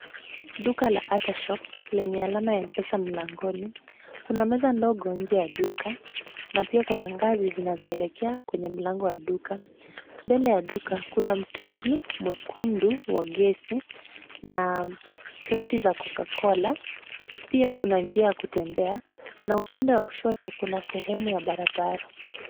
Duka la Atah Shop lenye alama ya M-Pesa mlangoni, kuna meza ndogo nje ya duka na pia kuna ngazi zinazoelekea kwenye mlango wa duka. Mbele ya duka kuna mtungi mwekundu wa gesi na kreti za Cocacola. Pia kuna njia ya kutembea na upande wa kushoto kuna sehemu ya barabara.